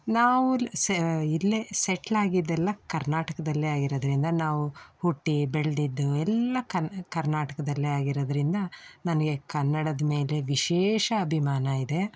ನಾವು ಸೆ ಇಲ್ಲೇ ಸೆಟ್ಲ್ ಆಗಿದ್ದೆಲ್ಲ ಕರ್ನಾಟಕದಲ್ಲೇ ಆಗಿರೋದರಿಂದ ನಾವು ಹುಟ್ಟಿ ಬೆಳೆದಿದ್ದು ಎಲ್ಲ ಕನ್ ಕರ್ನಾಟಕದಲ್ಲೇ ಆಗಿರೋದರಿಂದ ನನಗೆ ಕನ್ನಡದ ಮೇಲೆ ವಿಶೇಷ ಅಭಿಮಾನ ಇದೆ